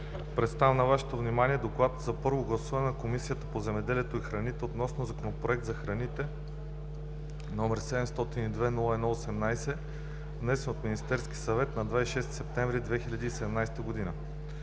Представям на Вашето внимание „ДОКЛАД за първо гласуване на Комисията по земеделието и храните относно Законопроект за храните, № 702-01-18, внесен от Министерския съвет на 26 септември 2017 г.